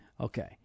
Okay